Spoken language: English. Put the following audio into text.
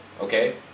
Okay